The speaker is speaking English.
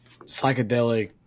psychedelic